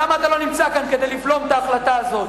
למה אתה לא נמצא כאן כדי לבלום את ההחלטה הזאת?